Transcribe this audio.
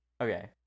Okay